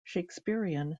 shakespearean